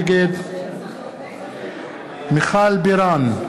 נגד מיכל בירן,